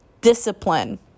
discipline